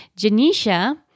Janisha